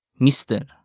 Mr